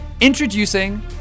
introducing